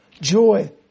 Joy